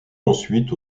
ensuite